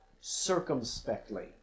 circumspectly